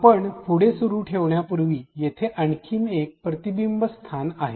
आपण पुढे सुरू ठेवण्यापूर्वी येथे आणखी एक प्रतिबिंब स्थान आहे